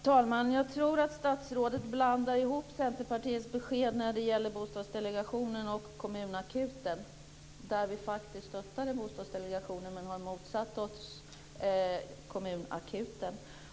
Fru talman! Jag tror att statsrådet blandar ihop Centerpartiets besked när det gäller bostadsdelegationen och kommunakuten. Vi stöttade faktiskt bostadsdelegationen men motsatte oss kommunakuten.